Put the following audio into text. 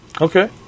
Okay